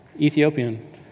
Ethiopian